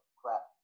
crap